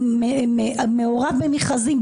הוא מעורב במכרזים,